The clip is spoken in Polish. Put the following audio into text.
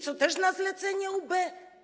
Co, też na zlecenie UB?